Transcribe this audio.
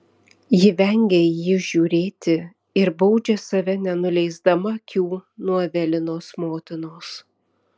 ji vengia į jį žiūrėti ir baudžia save nenuleisdama akių nuo evelinos motinos